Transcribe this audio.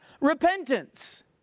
repentance